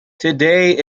today